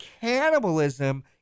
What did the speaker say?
cannibalism